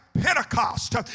Pentecost